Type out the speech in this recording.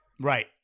Right